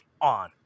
on